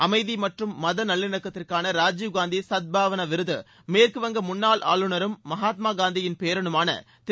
அமைதி மற்றும் மத நல்லிணக்கத்திற்கான ராஜீவ் காந்தி சத் பாவனா விருது மேற்குவங்க முன்னாள் ஆளுநரும் மகாத்மா காந்தியின் பேரனுமான திரு